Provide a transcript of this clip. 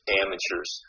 amateurs